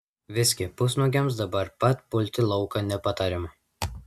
visgi pusnuogiams dabar pat pulti lauką nepatariama